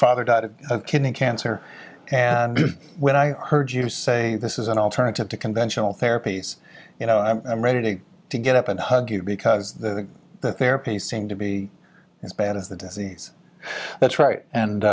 father died of kidney cancer and when i heard you say this is an alternative to conventional therapies you know i'm ready to get up and hug you because the therapies seem to be as bad as the disease that's right and